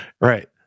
Right